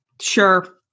sure